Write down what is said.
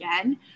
again